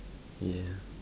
yeah